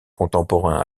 contemporain